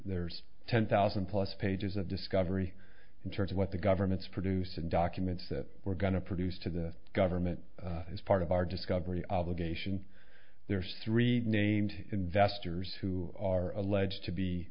there's ten thousand plus pages of discovery in terms of what the government's produce and documents that we're going to produce to the government as part of our discovery obligation there's three named investors who are alleged to be